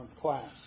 class